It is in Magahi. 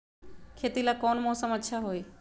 खेती ला कौन मौसम अच्छा होई?